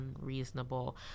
unreasonable